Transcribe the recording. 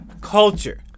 culture